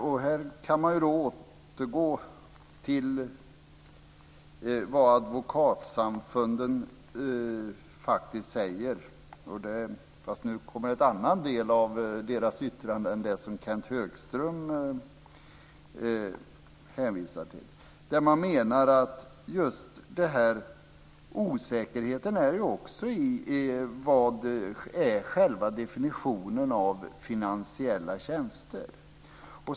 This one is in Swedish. Det går att återgå till vad Advokatsamfundet säger, fast nu kommer jag till en annan del av deras yttrande än det som Kenth Högström hänvisade till. Advokatsamfundet menar att osäkerheten ligger i vad som är själva definitionen av finansiella tjänster.